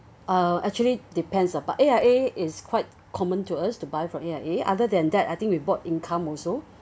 oh actually depends ah but A_I_A is quite common to us to buy from A_I_A other than that I think we bought income also